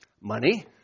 money